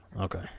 Okay